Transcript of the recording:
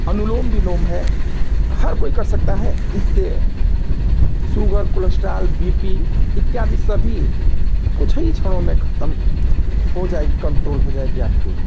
अनुलोम विलोम है हर कोई कर सकता है इससे शुगर कोलेस्ट्रोल बी पी इत्यादि सभी कुछ ही क्षणों में ख़तम हो जाएगी कंट्रोल हो जाएगी आपके